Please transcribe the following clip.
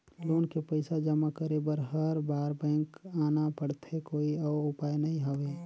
Loan के पईसा जमा करे बर हर बार बैंक आना पड़थे कोई अउ उपाय नइ हवय?